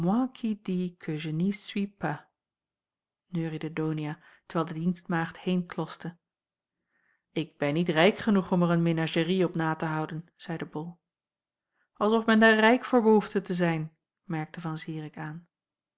neuriede donia terwijl de dienstmaagd heenklotste ik ben niet rijk genoeg om er een menagerie op na te houden zeide bol als of men daar rijk voor behoefde te zijn merkte van zirik aan